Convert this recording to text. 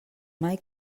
mai